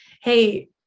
hey